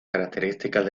características